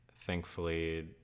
Thankfully